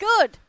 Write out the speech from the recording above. good